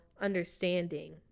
understanding